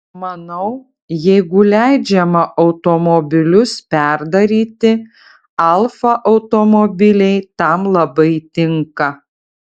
manau jeigu leidžiama automobilius perdaryti alfa automobiliai tam labai tinka